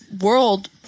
world